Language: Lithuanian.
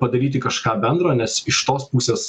padaryti kažką bendro nes iš tos pusės